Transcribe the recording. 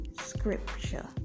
scripture